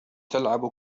تلعب